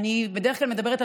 אני שואל.